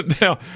Now